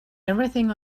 everything